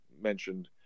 mentioned